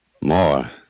More